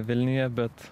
vilniuje bet